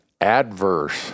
adverse